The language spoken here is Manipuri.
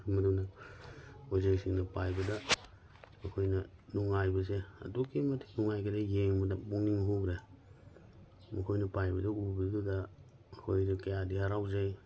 ꯃꯗꯨꯅ ꯎꯆꯦꯛꯁꯤꯡꯅ ꯄꯥꯏꯕꯗ ꯑꯩꯈꯣꯏꯅ ꯅꯨꯡꯉꯥꯏꯕꯁꯦ ꯑꯗꯨꯛꯀꯤ ꯃꯇꯤꯛ ꯅꯨꯡꯉꯥꯏꯒ꯭ꯔꯦ ꯌꯦꯡꯕꯗ ꯄꯨꯛꯅꯤꯡ ꯍꯨꯒ꯭ꯔꯦ ꯃꯈꯣꯏꯅ ꯄꯥꯏꯕꯗꯨ ꯎꯕꯗꯨꯗ ꯑꯩꯈꯣꯏꯅ ꯀꯌꯥꯗꯤ ꯍꯔꯥꯎꯖꯩ